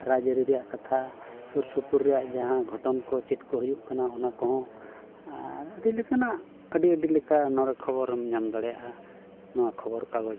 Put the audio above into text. ᱨᱟᱡᱽ ᱟᱹᱨᱤ ᱨᱮᱭᱟᱜ ᱠᱟᱛᱷᱟ ᱥᱩᱨ ᱥᱩᱯᱩᱨ ᱨᱮᱭᱟᱜ ᱡᱟᱦᱟᱸ ᱜᱷᱚᱴᱚᱱᱟ ᱠᱚ ᱪᱮᱫ ᱠᱚ ᱦᱩᱭᱩᱜ ᱠᱟᱱᱟ ᱚᱱᱟ ᱠᱚᱦᱚᱸ ᱟᱨ ᱟᱹᱰᱤ ᱞᱮᱠᱟᱱᱟᱜ ᱟᱹᱰᱤ ᱟᱹᱰᱤ ᱞᱮᱠᱟ ᱱᱚᱰᱮ ᱠᱷᱚᱵᱚᱨᱮᱢ ᱧᱟᱢ ᱫᱟᱲᱮᱭᱟᱜᱼᱟ ᱱᱚᱣᱟ ᱠᱷᱚᱵᱚᱨ ᱠᱟᱜᱚᱡᱽ